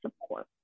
support